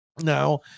now